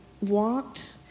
walked